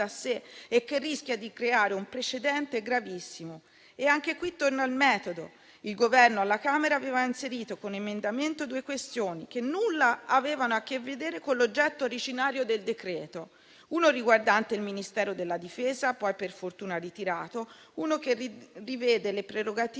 da sé e che rischia di creare un precedente gravissimo. E anche qui torno al merito. Il Governo, alla Camera dei deputati, aveva inserito, tramite emendamenti, due questioni che nulla avevano a che vedere con l'oggetto originario del decreto-legge: uno riguardante il Ministero della difesa, poi fortunatamente ritirato, e uno che rivede le prerogative